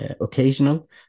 occasional